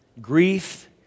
Grief